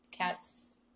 cats